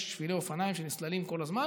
יש שבילי אופניים שנסללים כל הזמן.